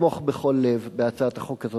לתמוך בכל לב בהצעת החוק הזאת.